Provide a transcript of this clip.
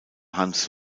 hans